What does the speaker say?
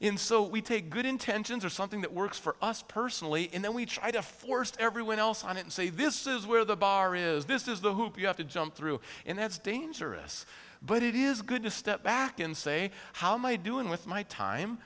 in so we take good intentions or something that works for us personally and then we try to force everyone else on it and say this is where the bar is this is the hoop you have to jump through and that's dangerous but it is good to step back and say how my doing with my time